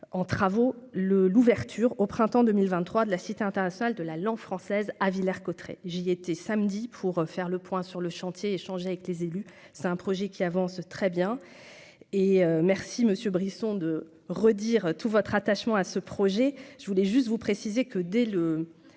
en travaux, le l'ouverture au printemps 2023 de la Cité internationale de la langue française à Villers-Cotterêts j'y été samedi pour faire le point sur le chantier, échanger avec les élus, c'est un projet qui avance très bien et merci monsieur Brisson de redire tout votre attachement à ce projet, je voulais juste vous préciser que, dès le